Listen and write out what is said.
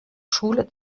schule